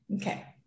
Okay